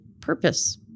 purpose